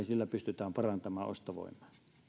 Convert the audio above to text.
sillä pystytään parantamaan ostovoimaa